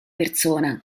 persona